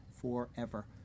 forever